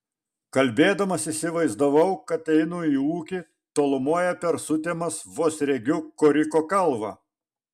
kalbėdamas įsivaizdavau kad einu į ūkį tolumoje per sutemas vos regiu koriko kalvą